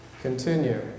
Continue